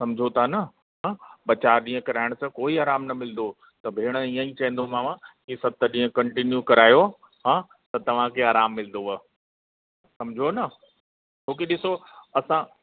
समुझो था न ॿ चारि ॾींंहं कराइण सां कोई आरामु न मिलंदो त भेण इअं ई चवंदोमांव की सत ॾींहं कंटिन्यू करायो हा त तव्हांखे आरामु मिलंदव समुझो न छोकी ॾिसो असां